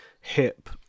Hip